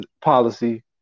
policy